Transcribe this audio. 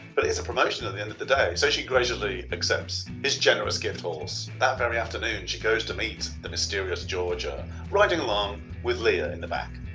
but it's a promotion at the end of the day so she graciously accept this generous gift horse. that very afternoon she goes to meet the mysterious georgia riding along with leah in the back.